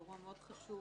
אירוע מאוד חשוב